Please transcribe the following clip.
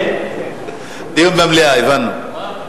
דיון במליאה, הבנו.